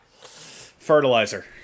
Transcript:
Fertilizer